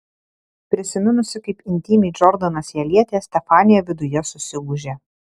prisiminusi kaip intymiai džordanas ją lietė stefanija viduje susigūžė